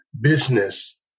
business